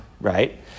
right